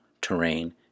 terrain